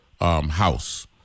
House